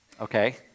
Okay